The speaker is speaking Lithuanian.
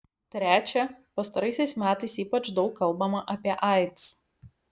trečia pastaraisiais metais ypač daug kalbama apie aids